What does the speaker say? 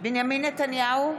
בנימין נתניהו,